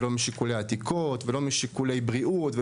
לא משיקולי עתיקות ולא משיקולי בריאות.